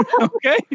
Okay